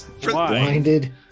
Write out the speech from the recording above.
blinded